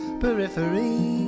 periphery